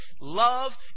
love